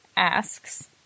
Asks